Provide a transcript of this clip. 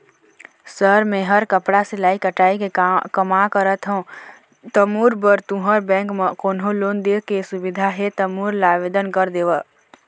Sir मेहर कपड़ा सिलाई कटाई के कमा करत हों ता मोर बर तुंहर बैंक म कोन्हों लोन दे के सुविधा हे ता मोर ला आवेदन कर देतव?